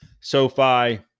SoFi